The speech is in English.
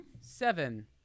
Seven